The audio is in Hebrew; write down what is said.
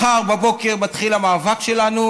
מחר בבוקר מתחיל המאבק שלנו